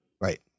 Right